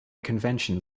convention